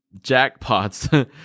jackpots